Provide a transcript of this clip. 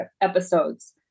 episodes